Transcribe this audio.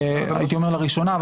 הייתי אומר לראשונה,